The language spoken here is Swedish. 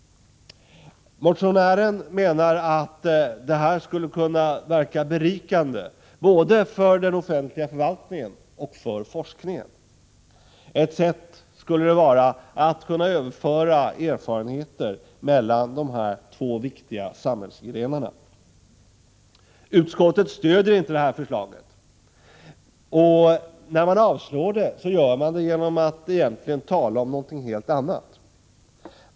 Motionären menar att detta skulle kunna verka berikande både för den offentliga förvaltningen och för forskningen. Det skulle kunna vara ett sätt att överföra erfarenheter mellan dessa två viktiga samhällsgrenar. Utskottet stöder inte detta förslag. När man avstyrker det gör man det genom att egentligen tala om någonting helt annat.